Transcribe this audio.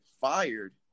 fired